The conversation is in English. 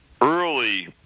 early